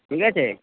ঠিক আছে